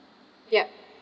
ya